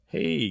Hey